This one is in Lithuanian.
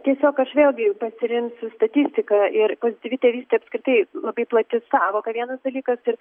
tiesiog aš vėlgi pasiremsiu statistika ir pozityvi tėvystė apskritai labai plati sąvoka vienas dalykas ir